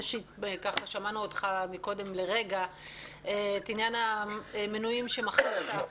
שמענו אותך קודם לרגע בעניין המינויים שמכרת.